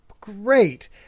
Great